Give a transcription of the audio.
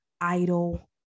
idle